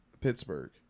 Pittsburgh